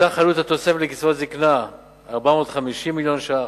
סך עלות התוספת לקצבאות זיקנה, 450 מיליון שקל.